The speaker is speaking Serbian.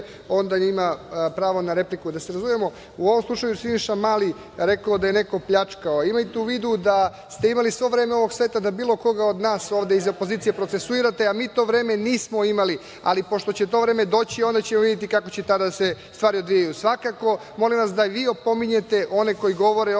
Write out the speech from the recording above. onda ima pravo na repliku da se razumemo.U ovom slučaju Siniša Mali je rekao da je neko pljačkao i imajte u vidu da ste imali sve vreme ovog sveta da bilo koga od nas ovde iz opozcije procesuirate, a mi to vreme nismo imali, a pošto će to vreme doći, onda ćemo videti kako će tada da se stvari odvijaju. Svakako, molim vas da i vi opominjete ovde one koji govore